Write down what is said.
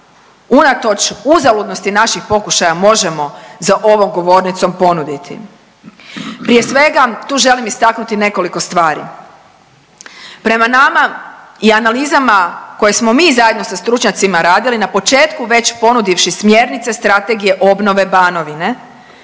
unatoč uzaludnosti naših pokušaja možemo za ovom govornicom ponuditi. Prije svega, tu želim istaknuti nekoliko stvari. Prema nama i analizama koje smo mi zajedno sa stručnjacima radili, na početku već ponudivši smjernice, strategije obnove Banovine,